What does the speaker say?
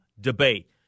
debate